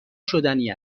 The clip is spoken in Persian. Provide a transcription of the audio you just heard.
شدنی